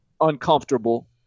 uncomfortable